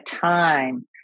time